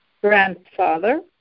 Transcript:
grandfather